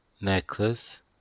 necklace